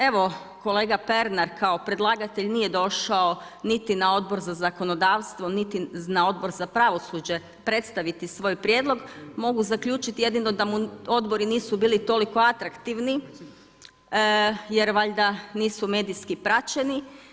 Evo kolega Pernar kao predlagatelj nije došao niti na Odbor za zakonodavstvo niti na Odbor za pravosuđe predstaviti svoj prijedlog, mogu zaključiti jedino da mu odbori nisu bili toliko atraktivni jel valjda nisu medijski praćeni.